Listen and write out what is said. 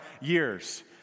years